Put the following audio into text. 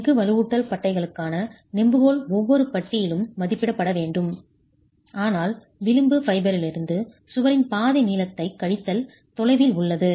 எஃகு வலுவூட்டல் பட்டைகளுக்கான நெம்புகோல் ஒவ்வொரு பட்டியிலும் மதிப்பிடப்பட வேண்டும் ஆனால் விளிம்பு ஃபைபரிலிருந்து சுவரின் பாதி நீளத்தை கழித்தல் தொலைவில் உள்ளது